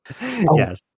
yes